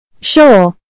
Sure